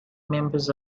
members